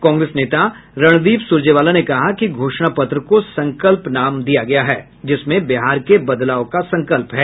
कांग्रेस नेता रणदीप सुरजेवाला ने कहा कि घोषणा पत्र को संकल्प नाम दिया गया है जिसमें बिहार के बदलाव का संकल्प है